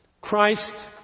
Christ